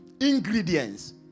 ingredients